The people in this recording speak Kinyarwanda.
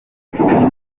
kwitegura